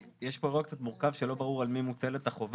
יש פה אירוע קצת מורכב שלא ברור על מי מוטלת החובה.